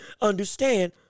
understand